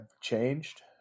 changed